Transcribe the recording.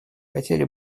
хотели